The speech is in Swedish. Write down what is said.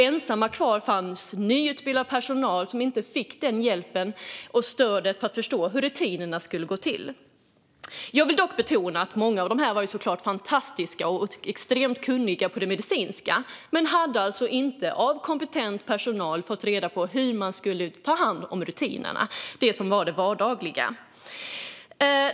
Ensamma kvar fanns nyutbildad personal som inte fick den hjälp och det stöd de behövde för att förstå hur rutinerna skulle gå till. Jag vill dock betona att många i personalen såklart var fantastiska och extremt kunniga på det medicinska. Men de hade inte av kompetent personal fått reda på hur de skulle ta hand om rutinerna, det som var det vardagliga.